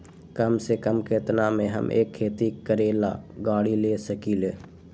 कम से कम केतना में हम एक खेती करेला गाड़ी ले सकींले?